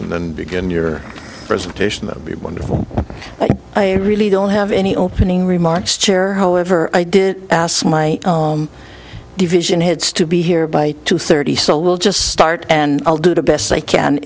and begin your presentation that would be wonderful i really don't have any opening remarks chair hole ever i did ask my division heads to be here by two thirty so we'll just start and i'll do the best i can